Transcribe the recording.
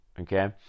Okay